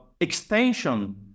extension